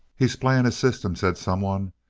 he's playing a system, said someone.